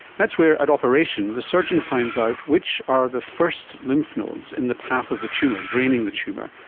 that's where at operation the surgeon finds out which are the first lymph nodes in the path of the tumour, draining the tumour,